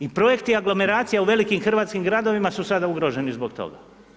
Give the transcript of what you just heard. I projekti aglomeracija u velikim hrvatskim gradovima su sada ugroženi zbog toga.